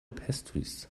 pastries